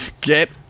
Get